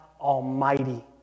Almighty